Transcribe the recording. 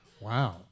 Wow